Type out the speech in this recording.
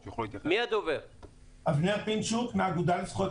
אני מהאגודה לזכויות